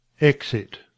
Exit